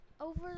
Over